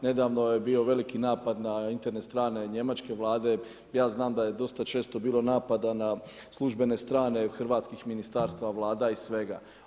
Nedavno je bio veliki napad na Internet strane njemačke Vlade, ja znam da je dosta često bilo napada na službene strane hrvatskih ministarstava, Vlada i svega.